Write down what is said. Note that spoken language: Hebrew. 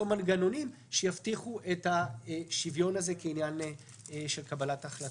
מנגנונים שיבטיחו את השוויון הזה כעניין של קבלת החלטות.